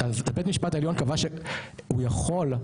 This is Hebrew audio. בית המשפט העליון קבע שהוא יכול,